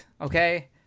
Okay